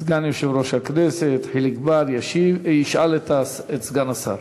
סגן יושב-ראש הכנסת חיליק בר ישאל את סגן השר.